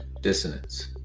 dissonance